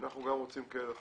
אנחנו גם רוצים כאלה לחקלאות.